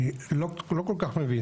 אני לא כל כך מבין.